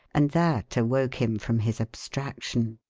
and that awoke him from his abstraction.